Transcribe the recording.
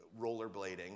rollerblading